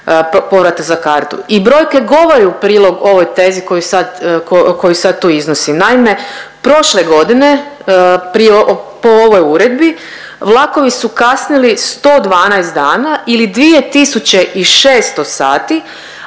povrata za kartu i brojke govore u prilog ovoj tezi koju sad tu iznosim. Naime, prošle godine prije, po ovoj uredbi, vlakovi su kasnili 112 dana ili 2600 sati,